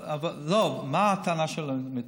לא, אבל מה הטענה של המתמחים?